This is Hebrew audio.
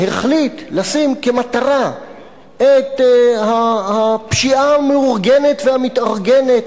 שהחליט לשים כמטרה את הפשיעה המאורגנת והמתארגנת,